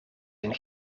een